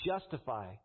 justify